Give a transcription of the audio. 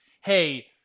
hey